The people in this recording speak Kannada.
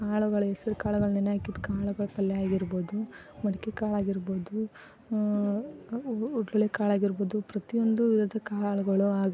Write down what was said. ಕಾಳುಗಳು ಹೆಸರು ಕಾಳುಗಳು ನೆನೆ ಹಾಕಿದ ಕಾಳುಗಳು ಪಲ್ಯ ಆಗಿರ್ಬೋದು ಮಡಿಕೆ ಕಾಳಾಗಿರ್ಬೋದು ಉಗ್ಳಿ ಕಾಳಾಗಿರ್ಬೋದು ಪ್ರತಿಯೊಂದು ವಿಧ ಕಾಳುಗಳು ಹಾಗೂ